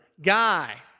guy